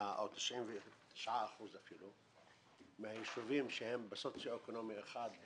או אפילו 99 אחוזים מהיישובים שהם בסוציו אקונומי 1,